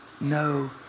No